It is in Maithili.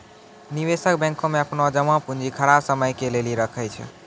निवेशक बैंको मे अपनो जमा पूंजी खराब समय के लेली राखै छै